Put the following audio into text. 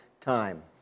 time